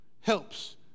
helps